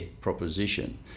proposition